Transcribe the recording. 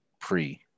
pre